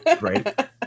right